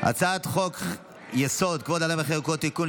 הצעת חוק-יסוד: כבוד האדם וחירותו (תיקון,